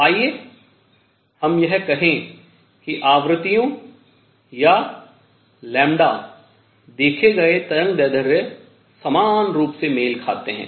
तो आइए हम यह कहें कि आवृत्तियों या देखे गए तरंगदैर्ध्य समान रूप से मेल खाते हैं